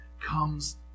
comes